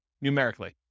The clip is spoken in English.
numerically